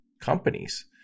companies